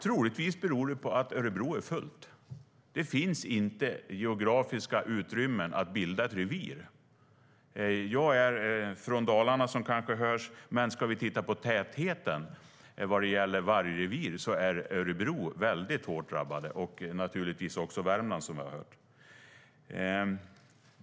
Troligtvis beror det på att Örebro är fullt. Det finns inte geografiska utrymmen att bilda ett revir. Jag är från Dalarna, vilket kanske hörs, men ska vi titta på tätheten vad gäller vargrevir är Örebro väldigt hårt drabbat - liksom naturligtvis Värmland, vilket vi har hört.